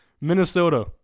Minnesota